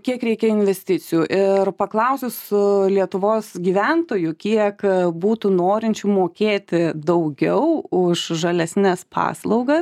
kiek reikia investicijų ir paklausius su lietuvos gyventojų kiek būtų norinčių mokėti daugiau už žalesnes paslaugas